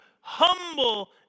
humble